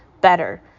better